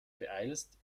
beeilst